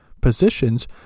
positions